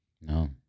No